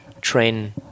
train